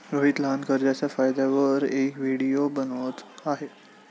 रोहित लहान कर्जच्या फायद्यांवर एक व्हिडिओ बनवत आहे